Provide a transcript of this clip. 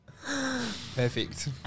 Perfect